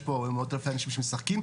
יש פה מאות אלפי אנשים שמשחקים,